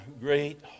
great